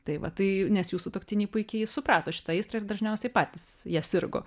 tai va tai nes jų sutuoktiniai puikiai suprato šitą aistrą ir dažniausiai patys ja sirgo